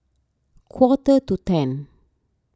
quarter to ten